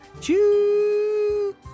Choo